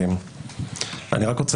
אני רוצה